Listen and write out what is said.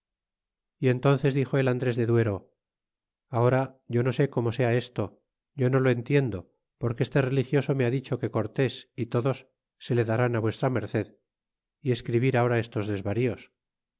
y en tnces dixo el andres de duero ahora yo no sé como sea esto yo no lo entiendo porque este religioso me ha dicho que cortés y todos se le darán á v merced y escribir ahora estos desvarios